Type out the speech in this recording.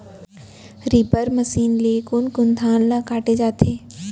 Reaper machine ले कोन कोन धान ल काटे जाथे?